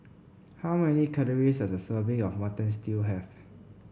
how many calories does a serving of Mutton Stew have